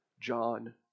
John